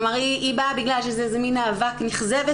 כלומר, היא באה בגלל שזאת מעין אהבה נכזבת.